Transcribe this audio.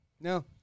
No